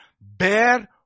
bear